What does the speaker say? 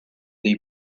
dei